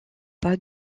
pas